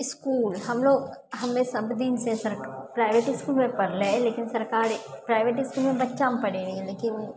इसकुल हमरो हम्मे सबदिनसँ सरकार प्राइवेट इसकुलमे पढ़ले लेकिन सरकारी प्राइवेट इसकुलमे बच्चामे पढ़ै रहिए लेकिन